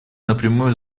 напрямую